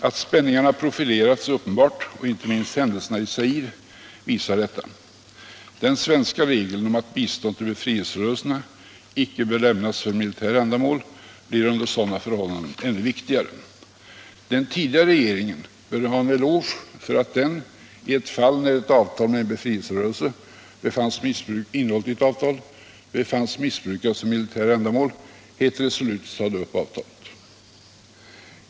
Att spänningarna profilerats är uppenbart, och inte minst händelserna i Zaire visar detta. Den svenska regeln om att bistånd till befrielserörelserna icke bör lämnas för militära ändamål blir under sådana förhållanden ännu viktigare. Den tidigare regeringen bör ha en eloge för att den i ett fall där innehållet i ett avtal med en befrielserörelse missbrukades för militära ändamål helt resolut sade upp avtalet.